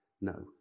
no